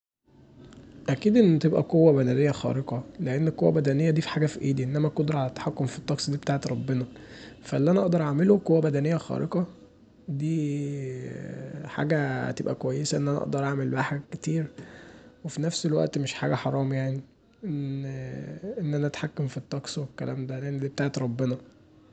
اكيد ان تبقي قوة بدنيه خارقه، لان قوه بدنيه دي حاجه في ايدي لكن قدره علي التحكم في الطقس دي بتاعة ربنا فاللي انا اقدر اعمله قوة بدنيه خارقه دي هتبقي حاجه كويسه ان انا اقدر اعمل بيها حاجات كتير وفي نفس الوقت مش حاجه حرام يعني ان انا اتحكم في الطقس والكلام دا لان دي بتاعة ربنا.